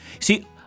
See